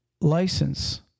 license